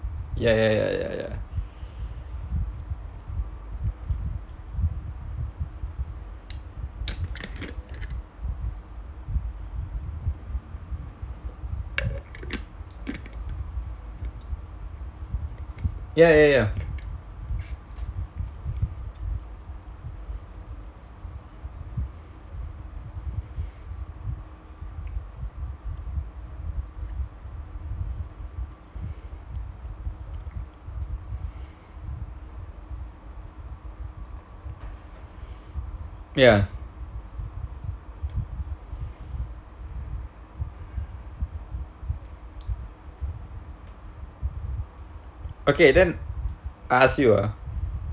ya ya ya ya ya ya ya ya ya okay then I ask you ah